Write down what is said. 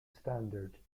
standard